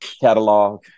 catalog